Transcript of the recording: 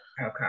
Okay